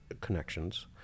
Connections